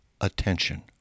attention